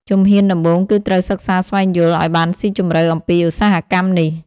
ជំហានដំបូងគឺត្រូវសិក្សាស្វែងយល់ ឱ្យបានស៊ីជម្រៅអំពីឧស្សាហកម្មនេះ។